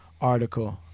article